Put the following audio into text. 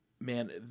man